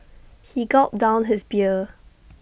he gulped down his beer